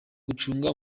gucunga